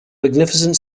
magnificent